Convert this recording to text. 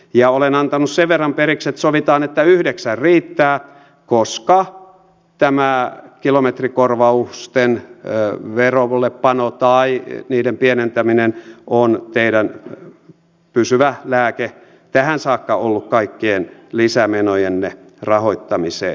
ja olen antanut sen verran periksi että sovitaan että yhdeksän riittää koska tämä kilometrikorvausten verollepano tai niiden pienentäminen on tähän saakka ollut teidän pysyvä lääkkeenne kaikkien lisämenojenne rahoittamiseen